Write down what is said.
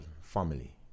family